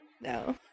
No